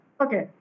Okay